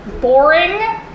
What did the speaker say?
boring